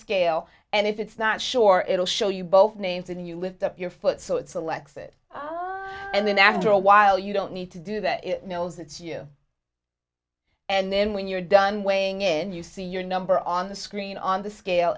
scale and if it's not sure it'll show you both names and you lift up your foot so it's a lexus and then after a while you don't need to do that it knows it's you and then when you're done weighing in you see your number on the screen on the scale